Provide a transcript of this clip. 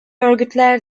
örgütler